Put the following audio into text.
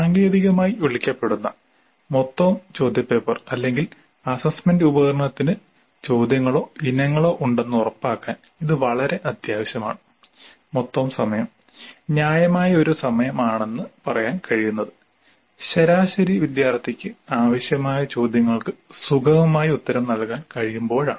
സാങ്കേതികമായി വിളിക്കപ്പെടുന്ന മൊത്തം ചോദ്യപേപ്പർ അല്ലെങ്കിൽ അസ്സസ്സ്മെന്റ് ഉപകരണത്തിന് ചോദ്യങ്ങളോ ഇനങ്ങളോ ഉണ്ടെന്ന് ഉറപ്പാക്കാൻ ഇത് വളരെ അത്യാവശ്യമാണ് മൊത്തം സമയം ന്യായമായ ഒരു സമയം ആണെന്ന് പറയാൻ കഴിയുന്നത് ശരാശരി വിദ്യാർത്ഥിക്ക് ആവശ്യമായ ചോദ്യങ്ങൾക്ക് സുഖമായി ഉത്തരം നൽകാൻ കഴിയുമ്പോഴാണ്